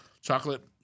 Chocolate